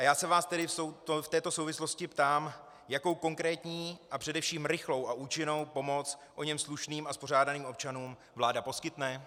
Já se vás tedy v této souvislosti ptám, jakou konkrétní a především rychlou a účinnou pomoc oněm slušným a spořádaným občanům vláda poskytne.